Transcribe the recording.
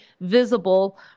visible